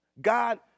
God